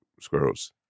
squirrels